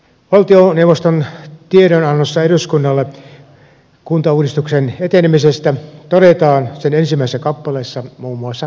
valtioneuvoston tiedonannossa eduskunnalle kuntauudistuksen etenemisestä todetaan sen ensimmäisessä kappaleessa muun muassa seuraavaa